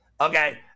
Okay